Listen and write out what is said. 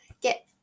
Get